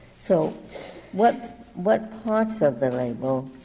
so what what parts of the label